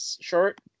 short